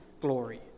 glory